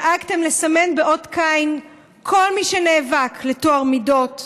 דאגתם לסמן באות קין כל מי שנאבק לטוהר מידות,